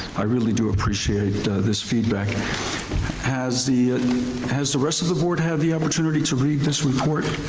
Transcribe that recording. i really do appreciate this feedback. and has the has the rest of the board had the opportunity to read this report?